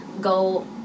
go